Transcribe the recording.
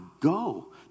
go